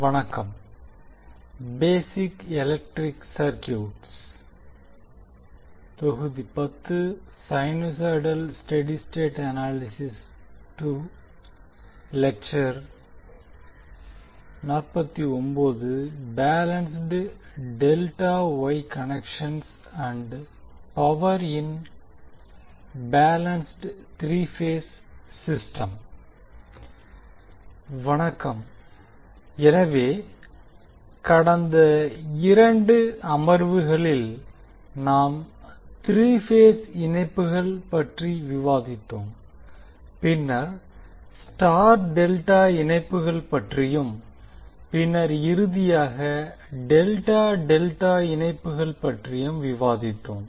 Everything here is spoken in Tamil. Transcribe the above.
வணக்கம் எனவே கடந்த இரண்டு அமர்வுகளில் நாம் த்ரீ பேஸ் இணைப்புகள் பற்றி விவாதித்தோம் பின்னர் ஸ்டார் டெல்டா இணைப்புகள் பற்றியும் பின்னர் இறுதியாக டெல்டா டெல்டா இணைப்புகள் பற்றியும் விவாதித்தோம்